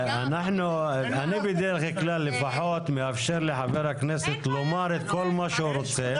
אני בדרך כלל מאפשר לחברי הכנסת את מה שהם רוצים,